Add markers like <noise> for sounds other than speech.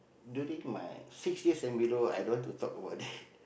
during my six years and below i don't want to talk about that <breath>